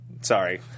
Sorry